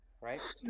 Right